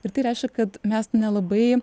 ir tai reiškia kad mes nelabai